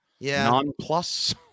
Non-plus